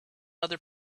other